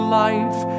life